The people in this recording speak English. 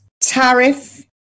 Tariff